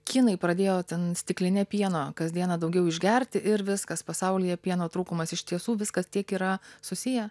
kinai pradėjo ten stikline pieno kas dieną daugiau išgerti ir viskas pasaulyje pieno trūkumas iš tiesų viskas tiek yra susiję